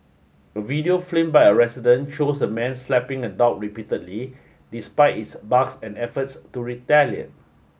a video filmed by a resident shows a man slapping a dog repeatedly despite its barks and efforts to retaliate